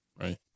Right